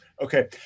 Okay